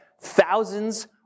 Thousands